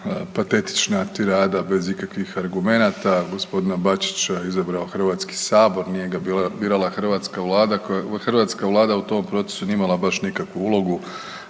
patetična tirada bez ikakvih argumenata, g. Bačića je izabrao HS, nije ga birala hrvatska Vlada. Hrvatska Vlada u tom procesu nije imala baš nikakvu ulogu,